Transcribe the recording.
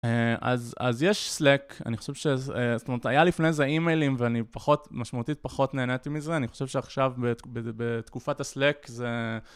אה אז אז יש סלאק, אני חושב שזה, זאת אומרת היה לפני זה אימיילים ואני פחות, משמעותית פחות נהנתי מזה, אני חושב שעכשיו ב בתקופת הסלאק זה...